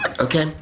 Okay